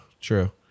true